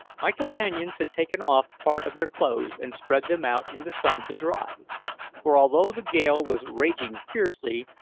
my companions had taken off part of their clothes and spread them out in the sun to dry for although the gale was raging fiercely,